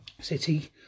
City